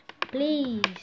please